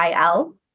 il